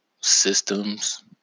systems